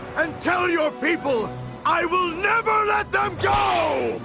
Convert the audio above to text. um tell your people i will never let them go.